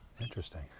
interesting